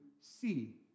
see